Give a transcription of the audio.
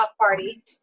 party